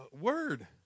word